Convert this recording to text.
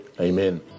amen